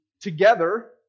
together